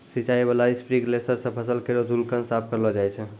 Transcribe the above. सिंचाई बाला स्प्रिंकलर सें फसल केरो धूलकण साफ करलो जाय छै